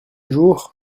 jour